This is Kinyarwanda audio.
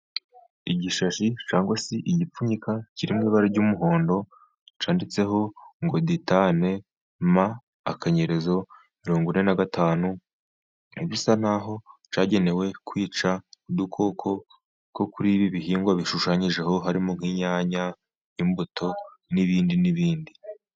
Igishashi cyagwa si igipfunyika kiririmo ibara ry'umuhondo, cyanditseho ngo ditane, ma, kanyerezo, mirongo ine na gatanu, bisa n'aho cyagenewe kwica udukoko, two kuri ibi bihingwa bishushanyijeho harimo nk'inyanya, imbuto, n'ibindi n'ibindi.